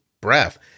breath